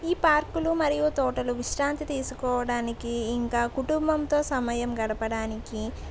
ఈ పార్కులు మరియు తోటలు విశ్రాంతి తీసుకోవడానికి ఇంకా కుటుంబంతో సమయం గడపడానికి